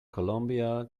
colombia